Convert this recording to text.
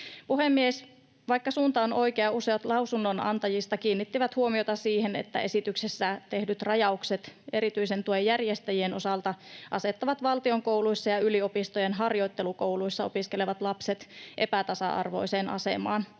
Puhemies! Vaikka suunta on oikea, useat lausunnonantajista kiinnittivät huomiota siihen, että esityksessä tehdyt rajaukset erityisen tuen järjestäjien osalta asettavat valtion kouluissa ja yliopistojen harjoittelukouluissa opiskelevat lapset epätasa-arvoiseen asemaan,